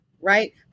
Right